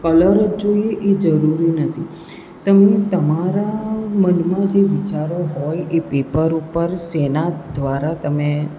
colour જ જોઈએ એ જરૂરી નથી તમને તમારા મનમાં જે વિચારો હોય એ પેપર ઉપર શેના દ્વારા તમે